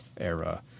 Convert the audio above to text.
era